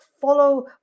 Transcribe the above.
follow